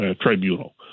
Tribunal